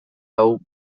hau